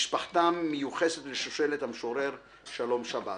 משפחתם מיוחסת לשושלת המשורר שלום שבזי.